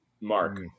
Mark